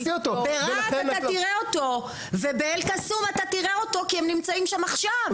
ברהט אתה תראה אותו ובאל קסום אתה תראה אותו כי הם נמצאים שם עכשיו.